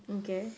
okay